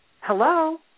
hello